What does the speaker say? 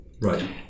Right